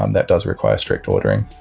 um that does require strict ordering.